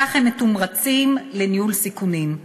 וכך הם מתומרצים לניהול סיכונים.